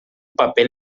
papel